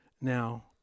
Now